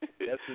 Yes